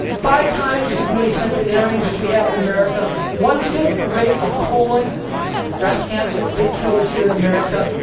five times as many centenarians as we have in america. one fifth the rate of colon and breast cancer, big killers here in america.